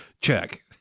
check